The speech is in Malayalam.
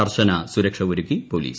കർശന സുരക്ഷ ഒരുക്കി പൊലീസ്